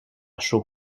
chaud